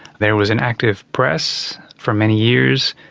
there was an active press for many years,